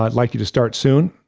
i'd like you to start soon.